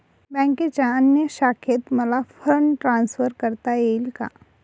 बँकेच्या अन्य शाखेत मला फंड ट्रान्सफर करता येईल का?